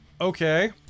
Okay